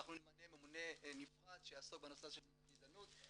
אנחנו נמנה ממונה נפרד שיעסוק בנושא של מניעת גזענות.